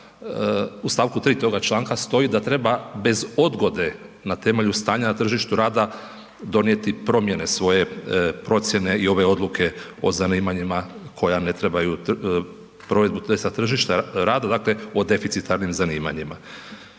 U st. 3. toga članka stoji da treba bez odgode na temelju stanja na tržištu rada donijeti promjene svoje procjene i ove odluke o zanimanjima koja ne trebaju provedbu testa tržišta rada, dakle o deficitarnim zanimanjima.